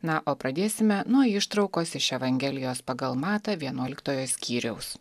na o pradėsime nuo ištraukos iš evangelijos pagal matą vienuoliktojo skyriaus